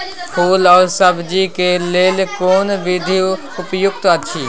फूल आ सब्जीक लेल कोन विधी उपयुक्त अछि?